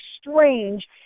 strange